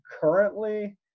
Currently